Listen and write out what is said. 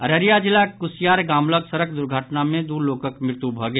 अररिया जिलाक कुसियार गाम लऽग सड़क दुर्घटना मे दू लोकक मृत्यु भऽ गेल